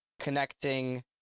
connecting